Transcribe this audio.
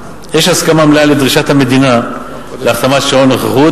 יש הסכמה מלאה לדרישת המדינה להחתמת שעון נוכחות